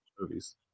movies